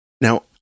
now